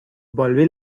volví